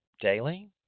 daily